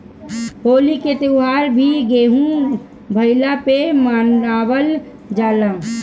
होली के त्यौहार भी गेंहू भईला पे मनावल जाला